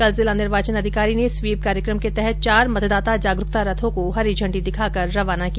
कल जिला निर्वाचन अधिकारी ने स्वीप कार्यक्रम के तहत चार मतदाता जागरूकता रथो को हरी झंडी दिखाकर रवाना किया